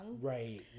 Right